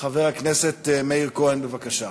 חבר הכנסת מאיר כהן, בבקשה.